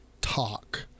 talk